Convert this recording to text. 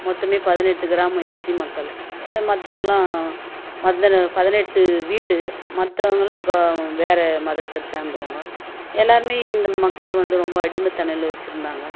மொத்தமே பதினெட்டு கிராமம் எஸ்சி மக்கள் ஏ மற்றவங்கள்லாம் மொத்தம் பதினெட்டு வீடு மற்றவங்கெல்லாம் க வேறே மதத்தை சேர்ந்தவங்க எல்லோருமே இந்த மக்களை வந்து ரொம்ப அடிமைத்தனல்ல வச்சுருந்தாங்க